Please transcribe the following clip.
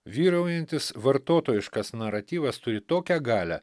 vyraujantis vartotojiškas naratyvas turi tokią galią